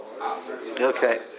Okay